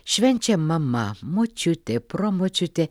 švenčia mama močiutė promočiutė